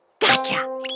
Gotcha